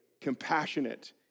compassionate